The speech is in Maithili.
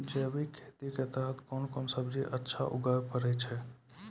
जैविक खेती के तहत कोंन कोंन सब्जी अच्छा उगावय पारे छिय?